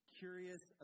curious